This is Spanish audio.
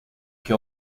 que